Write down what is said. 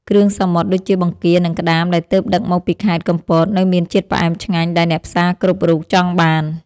គ្រឿងសមុទ្រដូចជាបង្គា និងក្ដាមដែលទើបដឹកមកពីខេត្តកំពតនៅមានជាតិផ្អែមឆ្ងាញ់ដែលអ្នកផ្សារគ្រប់រូបចង់បាន។